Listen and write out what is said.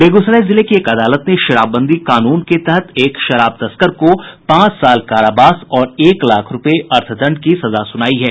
बेगूसराय जिले की एक अदालत ने शराबबंदी कानून के तहत एक शराब तस्कर को पांच साल कारावास और एक लाख रूपये के अर्थदंड की सजा सुनायी है